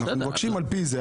אנחנו מבקשים על פי זה,